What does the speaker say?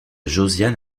josiane